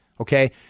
okay